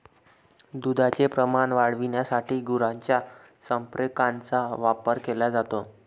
दुधाचे प्रमाण वाढविण्यासाठी गुरांच्या संप्रेरकांचा वापर केला जातो